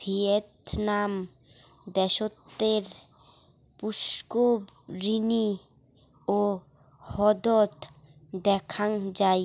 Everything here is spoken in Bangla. ভিয়েতনাম দ্যাশের পুস্কুরিনী ও হ্রদত দ্যাখাং যাই